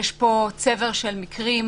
יש פה צבר של מקרים,